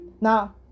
Now